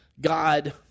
God